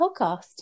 podcast